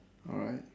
alright